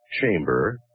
chamber